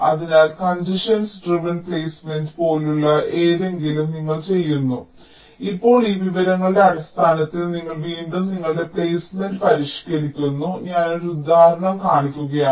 അതിനാൽ congestions driven placement പോലുള്ള എന്തെങ്കിലും നിങ്ങൾ ചെയ്യുന്നു ഇപ്പോൾ ഈ വിവരങ്ങളുടെ അടിസ്ഥാനത്തിൽ നിങ്ങൾ വീണ്ടും നിങ്ങളുടെ പ്ലെയ്സ്മെന്റ് പരിഷ്ക്കരിക്കുന്നു ഞാൻ ഒരു ഉദാഹരണം കാണിക്കുകയാണ്